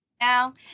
now